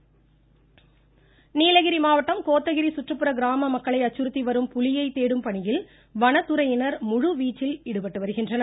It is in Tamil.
நீலகிரி நீலகிரி மாவட்டம் கோத்தகிரி சுற்றுப்புற கிராம மக்களை அச்சுறுத்திவரும் புலியை தேடும் பணியில் வனத்துறையினர் முழுவீச்சில் ஈடுபட்டு வருகின்றனர்